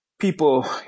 people